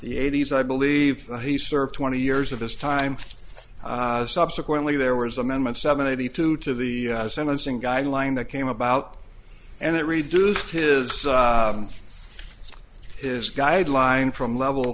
the eighty's i believe he served twenty years of his time subsequently there was a moment seventy two to the sentencing guideline that came about and it reduced his his guideline from level